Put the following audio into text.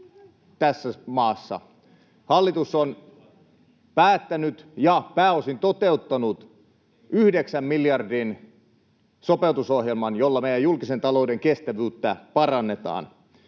tässä maassa. Hallitus on päättänyt ja pääosin toteuttanut yhdeksän miljardin sopeutusohjelman, jolla meidän julkisen talouden kestävyyttä parannetaan.